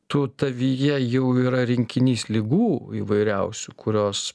tu tavyje jau yra rinkinys ligų įvairiausių kurios